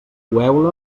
coeu